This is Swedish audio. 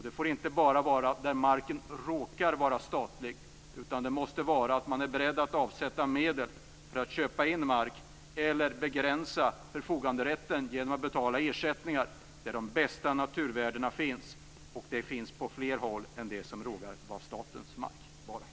Det får inte bara vara där marken råkar vara statlig, utan man måste vara beredd att avsätta medel för att köpa in mark eller begränsa förfoganderätten genom att betala ersättningar där de bästa naturvärdena finns, och de finns på fler håll än på de marker som råkar tillhöra staten.